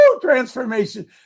Transformation